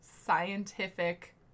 scientific